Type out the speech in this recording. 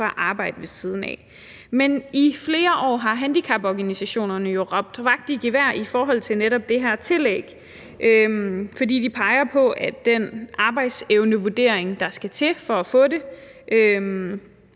for at arbejde ved siden af. Men i flere år har handicaporganisationerne jo råbt vagt i gevær i forhold til netop det her tillæg. De peger på, at den arbejdsevnevurdering, der skal til for at få det,